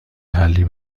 حلی